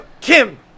Kim